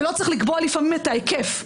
ולא צריך לקבוע לפעמים את ההיקף,